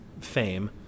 fame